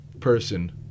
person